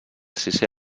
sisè